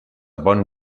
bon